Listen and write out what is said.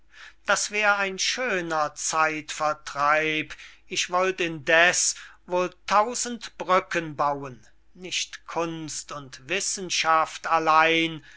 das wär ein schöner zeitvertreib ich wollt indeß wohl tausend brücken bauen nicht kunst und wissenschaft allein